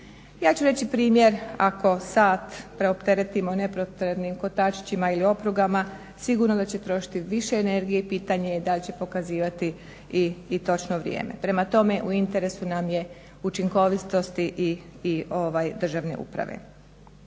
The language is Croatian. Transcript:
Ja ću reći primjer, ako sat preopteretimo nepotrebnim kotačićima ili oprugama sigurno da će trošiti više energije i pitanje je da li će pokazivati i točno vrijeme. Prema tome, u interesu nam je učinkovitosti i državne uprave.